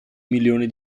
milioni